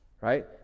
right